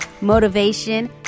motivation